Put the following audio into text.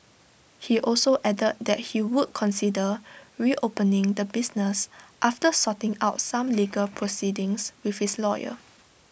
he also added that he would consider reopening the business after sorting out some legal proceedings with his lawyer